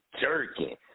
jerking